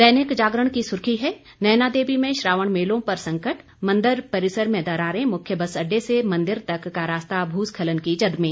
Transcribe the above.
दैनिक जागरण की सुर्खी है नयनादेवी में श्रावण मेलों पर संकट मंदिर परिसर में दरारें मुख्य बस अड्डे से मंदिर तक का रास्ता भूस्खलन की जद में